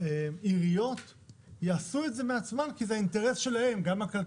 עיריות יעשו את זה בעצמן כח זה אינטרס שלהם.